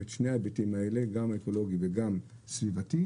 שני ההיבטים האלה גם אקולוגי וגם סביבתי